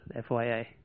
FYI